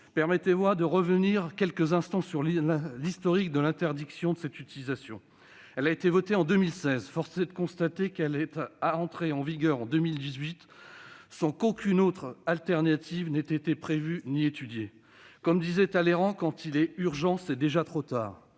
Permettez-moi de revenir quelques instants sur l'historique de cette interdiction d'utilisation. Elle a été adoptée en 2016. Force est de constater qu'elle est entrée en vigueur en 2018 sans qu'aucune solution de substitution ait été prévue ou même étudiée. Comme disait Talleyrand :« Quand il est urgent, c'est déjà trop tard.